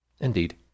Indeed